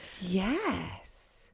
Yes